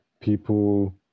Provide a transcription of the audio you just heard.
people